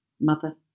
Mother